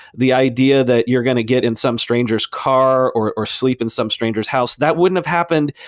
the idea that you're going to get in some stranger's car, or or sleep in some stranger's house, that wouldn't have happened.